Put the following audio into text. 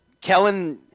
Kellen